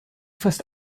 fast